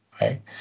right